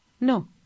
No